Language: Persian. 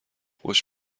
خوش